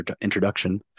introduction